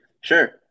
Sure